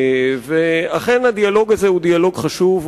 אכן הדיאלוג הזה הוא דיאלוג חשוב,